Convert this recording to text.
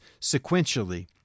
sequentially